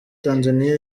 tanzaniya